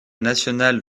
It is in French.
nationale